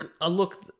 Look